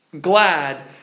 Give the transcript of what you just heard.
glad